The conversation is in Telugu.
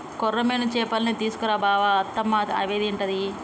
కొర్రమీను చేపల్నే తీసుకు రా బావ అత్తమ్మ అవే తింటది